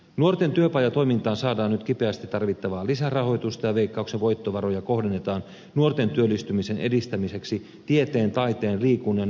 nuorten työpajatoimintaan saadaan nyt kipeästi tarvittavaa lisärahoitusta ja veikkauksen voittovaroja kohdennetaan nuorten työllistymisen edistämiseksi tieteen taiteen liikunnan ja nuorisotyön aloille